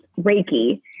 Reiki